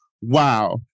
wow